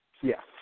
Yes